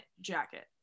jacket